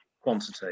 quantity